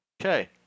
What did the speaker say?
Okay